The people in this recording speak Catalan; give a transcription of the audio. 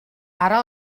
ara